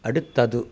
அடுத்தது